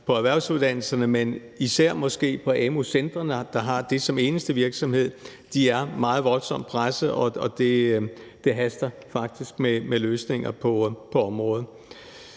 på erhvervsuddannelserne, er de presset, men især måske på amu-centrene, der har det som eneste virksomhed, er de meget voldsomt presset, og det haster faktisk med løsninger på området.